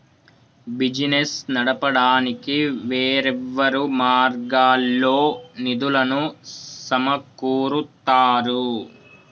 business నడపడానికి వేర్వేరు మార్గాల్లో నిధులను సమకూరుత్తారు